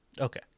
Okay